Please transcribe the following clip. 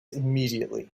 immediately